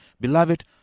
Beloved